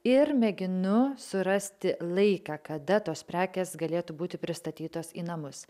ir mėginu surasti laiką kada tos prekės galėtų būti pristatytos į namus